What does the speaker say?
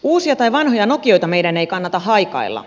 uusia tai vanhoja nokioita meidän ei kannata haikailla